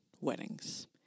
weddings